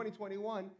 2021